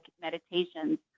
meditations